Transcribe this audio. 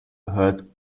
heard